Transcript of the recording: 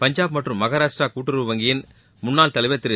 பஞ்சாப் மற்றும் மகாராஷ்ட்ரா கூட்டுறவு வங்கியின் முன்னாள் தலைவர் திரு